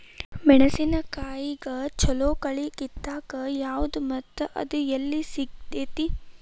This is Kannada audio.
ಮೆಣಸಿನಕಾಯಿಗ ಛಲೋ ಕಳಿ ಕಿತ್ತಾಕ್ ಯಾವ್ದು ಮತ್ತ ಅದ ಎಲ್ಲಿ ಸಿಗ್ತೆತಿ?